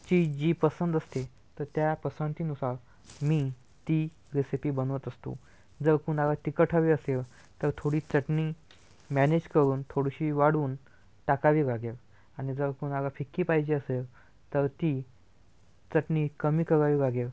ती जी पसंत असते त्या पसंतीनुसार मी ती रेसिपी बनवत असतो जर कोणाला तिखट हवी असेल तर थोडी चटणी मॅनेज करून थोडीशी वाढवून टाकावी लागेन आणि जर कोणाला फिकी पाहिजे असेन तर ती चटणी कमी करावी लागेन